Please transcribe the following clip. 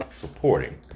supporting